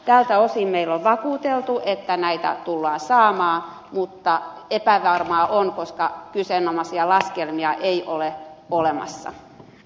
tältä osin meille on vakuuteltu että näitä tullaan saamaan mutta epävarmaa on koska kyseisiä laskelmia ei ole olemassa